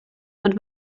ond